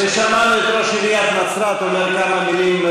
ושמענו את ראש עיריית נצרת אומר כמה מילים,